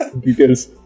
details